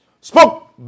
spoke